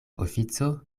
ofico